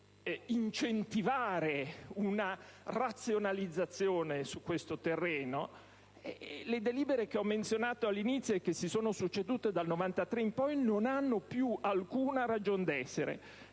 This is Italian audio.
per incentivare una razionalizzazione su questo terreno. Le delibere che ho menzionato all'inizio e che si sono succedute dal 1993 in poi non hanno più alcuna ragione d'essere